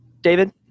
David